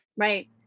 Right